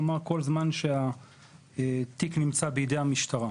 כלומר כל זמן שהתיק נמצא בידי המשטרה.